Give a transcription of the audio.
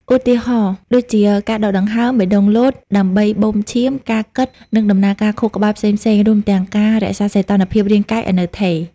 ឧទាហរណ៍ដូចជា ការដកដង្ហើម បេះដូងលោត ដើម្បីបូមឈាម ការគិត និងដំណើរការខួរក្បាលផ្សេងៗ រួមទាំងការ រក្សាសីតុណ្ហភាពរាងកាយ ឱ្យនៅថេរ។